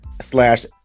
slash